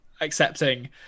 accepting